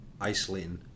isolating